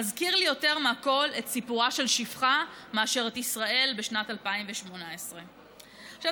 מזכיר לי יותר מכול את סיפורה של שפחה מאשר את ישראל בשנת 2018. עכשיו,